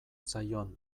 zaion